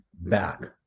back